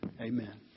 Amen